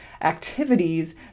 activities